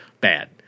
bad